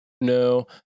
no